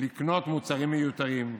לקנות מוצרים מיותרים.